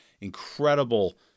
incredible